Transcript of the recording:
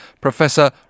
Professor